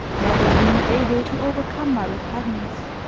never being able to overcome my repugnance.